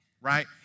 right